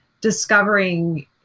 discovering